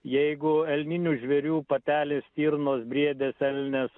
jeigu elninių žvėrių patelės stirnos briedės elnės